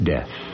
Death